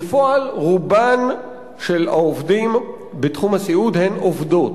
בפועל, רוב העובדים בתחום הסיעוד הם עובדות.